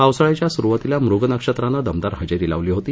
पावसाळ्याच्या सुरुवातील मृग नक्षत्रानं दमदार हजेरी लावली होती